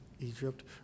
Egypt